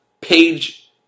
page